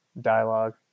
dialogue